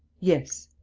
yes.